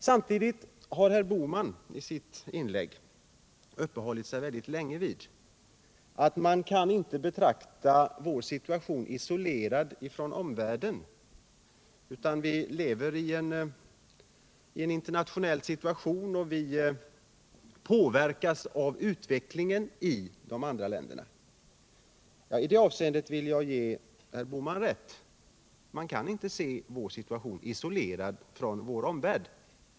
Samtidigt har herr Bohman i sitt inlägg mycket länge uppehållit sig vid tanken att vi inte kan betrakta vår situation som isolerad i förhållande till omvärldens. Vi verkar i internationella sammanhang och påverkas av utvecklingen i de andra länderna. På den punkten vill jag ge herr Bohman rätt, för man kan inte se vår situation isolerad i förhållande till omvärldens.